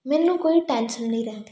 ਮੈਨੂੰ ਕੋਈ ਟੈਨਸ਼ਨ ਨਹੀਂ ਰਹਿੰਦੀ